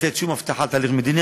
לתת שום הבטחה לתהליך מדיני,